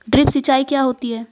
Drip सिंचाई क्या होती हैं?